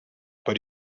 but